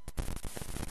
יתרום.